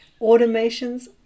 Automations